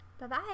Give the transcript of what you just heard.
Bye-bye